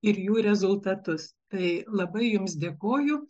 ir jų rezultatus tai labai jums dėkoju